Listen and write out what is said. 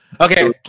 Okay